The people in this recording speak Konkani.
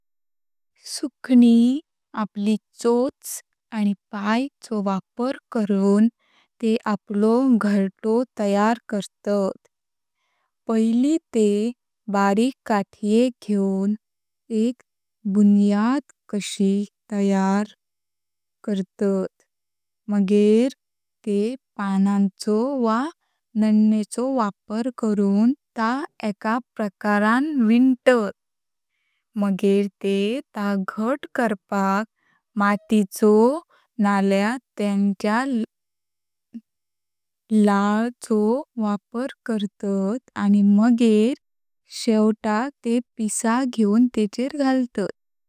सुकणी आपली चोच आणि पाय चो वापर करून ते आपलो घरतो तयार करतात। पहिली ते बारिक कथ्ये घेव्न एक बुनियाद कशी करतात मगे ते पानांचो वा नदींचो वापर करून ता एका प्रकारां विंतात। मगे ते ता घट करपाक माती चो नळया तेंचा लाल चो वापर करतात आणि मगे शेवटाक ते पिसा घेव्न तेचेर घालतात।